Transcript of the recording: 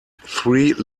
three